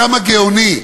כמה גאוני.